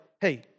hey